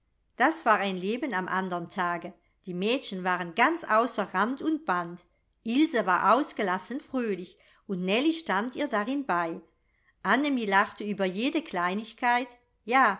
das war ein leben am andern tage die mädchen waren ganz außer rand und band ilse war ausgelassen fröhlich und nellie stand ihr darin bei annemie lachte über jede kleinigkeit ja